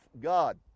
God